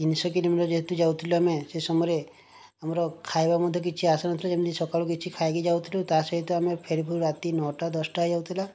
ତିନିଶହ କିଲୋମିଟର୍ ଯେହେତୁ ଯାଉଥିଲୁ ଆମେ ଯାଉଥିଲୁ ସେ ସମୟରେ ଆମର ଖାଇବା ମଧ୍ୟ କିଛି ଆସୁନଥିଲା ଯେମିତି ସକାଳୁ କିଛି ଖାଇକି ଯାଉଥିଲୁ ତା ସହିତ ଆମେ ଫେରୁ ଫେରୁ ରାତି ନଅଟା ଦଶଟା ହେଇ ଯାଉଥିଲା